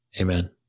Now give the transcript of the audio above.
Amen